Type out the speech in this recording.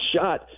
shot